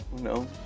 No